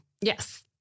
Yes